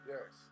Yes